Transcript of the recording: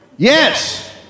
Yes